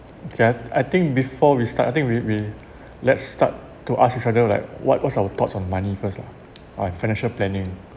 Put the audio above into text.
okay I I think before we start I think we we let's start to ask each other like what what's our thoughts on money first lah alright financial planning